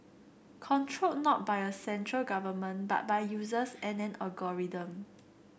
controlled not by a central government but by users and an algorithm